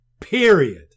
Period